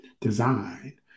design